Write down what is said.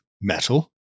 metal